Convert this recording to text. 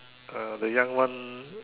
uh the young one